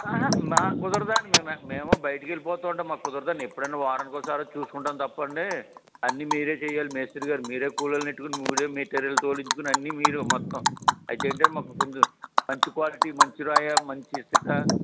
ఆహా మా కుదరదండి మేము మేము బైటికెళ్లిపోతూ ఉంటాం మాకు కుదరదండీ ఎప్పుడైనా వారానికోసారి వచ్చి చూసుకుంటాం తప్పా అండీ అన్నీ మీరే చెయ్యాలి మేస్త్రి గారు మిరే కూలోలనెట్టుకొని మీరే మెటీరియల్ తోలించుకొని అన్నీ మీరు మొత్తం అయితేంటంటే మాకు కొంచెం మంచి క్వాలిటీ మంచి రాయ మంచి ఇసుక